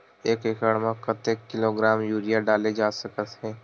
एक एकड़ म कतेक किलोग्राम यूरिया डाले जा सकत हे?